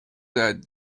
that